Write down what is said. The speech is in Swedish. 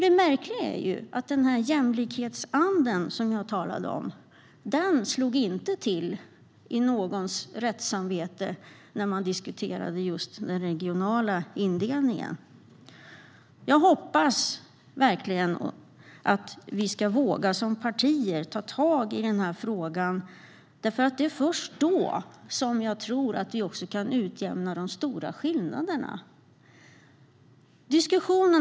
Det märkliga är att jämlikhets-anden som jag talade om inte slog till i någons rättssamvete när man diskuterade just den regionala indelningen. Jag hoppas verkligen att vi som partier ska våga ta tag i den här frågan, för det är först då som jag tror att vi kan utjämna de stora skillnaderna. Herr talman!